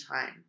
time